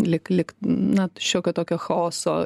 lyg lyg na šiokio tokio chaoso